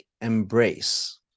embrace